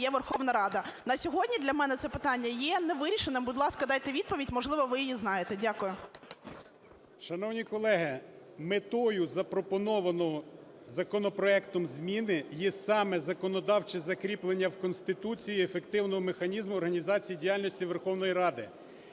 ж Верховна Рада. На сьогодні для мене це питання є невирішеним. Будь ласка, дайте відповідь. Можливо, ви її знаєте. Дякую. 13:13:01 БОЖИК В.І. Шановні колеги, метою запропонованої законопроектом зміни є саме законодавче закріплення в Конституції ефективного механізму організації діяльності Верховної Ради.